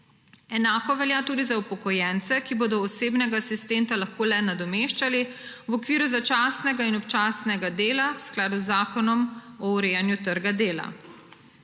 Enako velja tudi za upokojence, ki bodo osebnega asistenta lahko le nadomeščali v okviru začasnega in občasnega dela v skladu z Zakonom o urejanju trga dela.